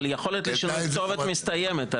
אבל היכולת לשנות כתובת מסתיימת,